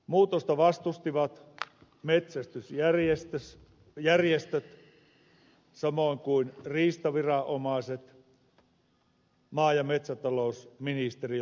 muutosta vastustivat metsästysjärjestöt samoin kuin riistaviranomaiset maa ja metsätalousministeriö mukaan lukien